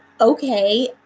okay